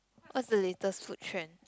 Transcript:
what's the latest food trend